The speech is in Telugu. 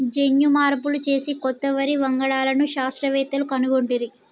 జన్యు మార్పులు చేసి కొత్త వరి వంగడాలను శాస్త్రవేత్తలు కనుగొట్టిరి